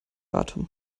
atem